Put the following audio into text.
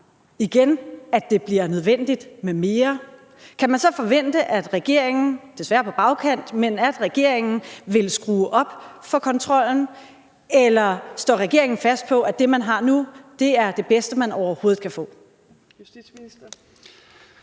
sig, at det bliver nødvendigt med mere, kan man så forvente, at regeringen, desværre på bagkant, vil skrue op for kontrollen, eller står regeringen fast på, at det, man har nu, er det bedste, man overhovedet kan få? Kl.